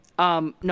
No